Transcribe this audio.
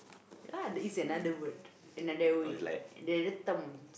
ya lah the is another word another way the another term